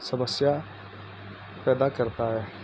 سمسیا پیدا کرتا ہے